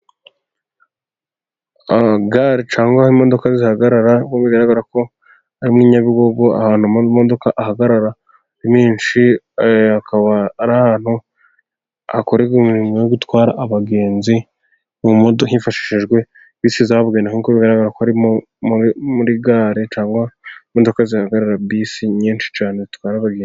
Gare cyangwa aho imodoka zihagarara ubwo bigaragara ko ari muri Nyabugugo ahantu imodoka zihagarara ari menshi, akaba ari ahantu hakorerwa umurimo wo gutwara abagenzi mu modoka hifashishijwe bisi zabugene aho ngaho bigaragara ko muri gare cyangwa imodoka zihagarara bisi nyinshi cyane zitwara abagenzi.